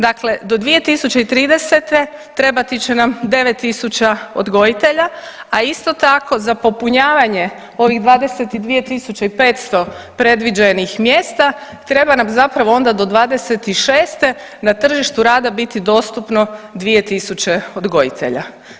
Dakle, do 2030. trebati će nam 9.000 odgojitelja, a isto tako za popunjavanje ovih 22.500 predviđenih mjesta treba nam zapravo onda do '26. na tržištu rada biti dostupno 2.000 odgojitelja.